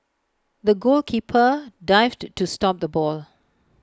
the goalkeeper dived to to stop the ball